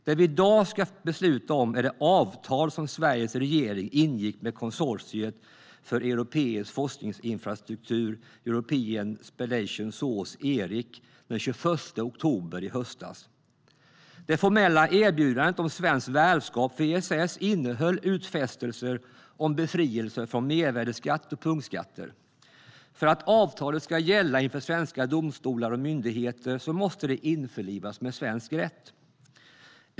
Det vi i dag ska besluta om är det avtal som Sveriges regering ingick med konsortiet för europeisk forskningsinfrastruktur European Spallation Source Eric den 21 oktober i höstas. Det formella erbjudandet om svenskt värdskap för ESS innehöll utfästelser om befrielse från mervärdesskatt och punktskatter. För att avtalet ska gälla inför svenska domstolar och myndigheter måste det införlivas med svensk rätt.